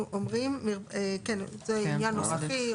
זה עניין נוסחי,